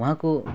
उहाँको